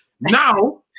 Now